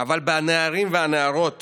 אבל בנערים ובנערות